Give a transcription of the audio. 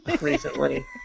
recently